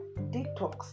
detox